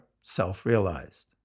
self-realized